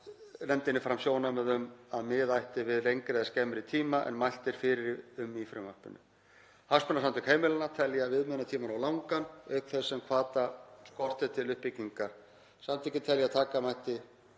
nefndinni fram sjónarmið um að miða ætti við lengri eða skemmri tíma en mælt er fyrir um í frumvarpinu. Hagsmunasamtök heimilanna telja viðmiðunartímann of langan auk þess sem hvata skorti til uppbyggingar. Samtökin telja að taka mætti